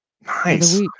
Nice